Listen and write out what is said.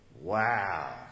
Wow